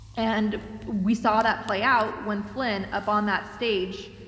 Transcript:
and we saw that play out when flynn, up on that stage,